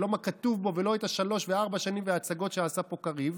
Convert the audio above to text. לא מה שכתוב בו ולא את השלוש והארבע שנים וההצגות שעשה פה קריב.